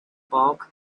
bulk